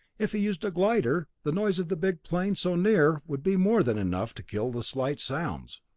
if he used a glider, the noise of the big plane so near would be more than enough to kill the slight sounds.